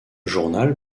journal